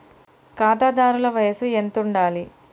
ఖాతాదారుల వయసు ఎంతుండాలి?